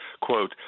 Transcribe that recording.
quote